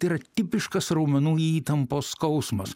tai yra tipiškas raumenų įtampos skausmas